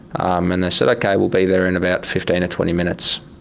um and they said okay, we'll be there in about fifteen or twenty minutes.